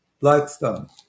Blackstone